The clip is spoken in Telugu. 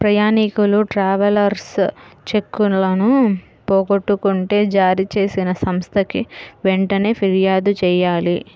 ప్రయాణీకులు ట్రావెలర్స్ చెక్కులను పోగొట్టుకుంటే జారీచేసిన సంస్థకి వెంటనే పిర్యాదు చెయ్యాలి